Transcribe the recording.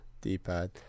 d-pad